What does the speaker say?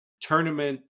tournament